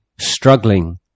struggling